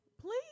Please